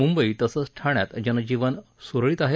मुंबई तसंच ठाण्यात जनजीवन सुरळीत सुरु आहे